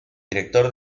director